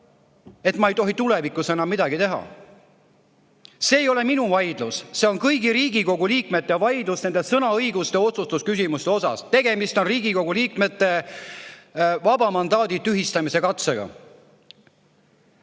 et ma ei tohi tulevikus enam midagi teha. See ei ole minu vaidlus, see on kõigi Riigikogu liikmete vaidlus sõnaõiguse ja otsustusküsimuste pärast. Tegemist on Riigikogu liikmete vaba mandaadi tühistamise katsega.